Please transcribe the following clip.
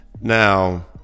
Now